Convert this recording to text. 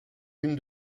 une